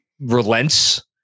relents